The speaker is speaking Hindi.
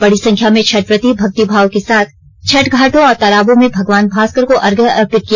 बडी संख्या में छठव्रती भक्ति भाव के साथ छठ घाटों और तालाबों में भगवान भास्कर को अर्घ्य अर्पित किया